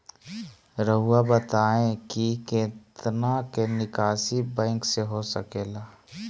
रहुआ बताइं कि कितना के निकासी बैंक से हो सके ला?